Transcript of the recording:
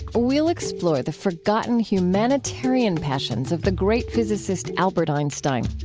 we'll explore the forgotten humanitarian passions of the great physicist albert einstein.